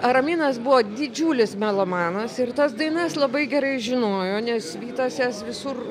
araminas buvo didžiulis melomanas ir tas dainas labai gerai žinojo nes vytas jas visur